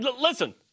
Listen